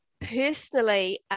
personally